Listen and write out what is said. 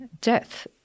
death